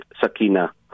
Sakina